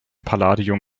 palladium